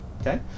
okay